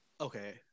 Okay